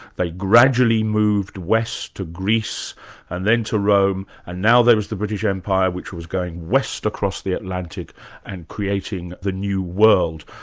they gradually moved west to and then to rome, and now there was the british empire which was going west across the atlantic and creating the new world.